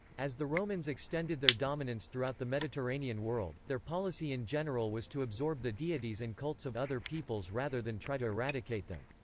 as the romans extended their dominance throughout the mediterranean world, their policy in general was to absorb the deities and cults of other peoples rather than try to eradicate them.